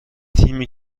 تیمی